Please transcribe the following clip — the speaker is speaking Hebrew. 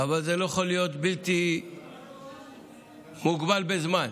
אבל זה לא יכול להיות בלתי מוגבל בזמן.